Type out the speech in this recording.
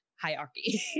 hierarchy